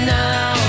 now